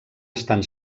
estan